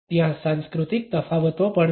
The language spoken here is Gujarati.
ત્યાં સાંસ્કૃતિક તફાવતો પણ છે